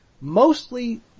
mostly